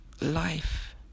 Life